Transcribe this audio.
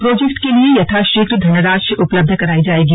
project के लिए यथाशीघ्र धनराशि उपलब्ध करायी जायेगी